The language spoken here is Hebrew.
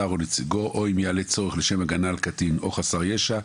שר או נציגו או אם יעלה צורך לשם הגנה על קטין או חסר ישע,